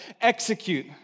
execute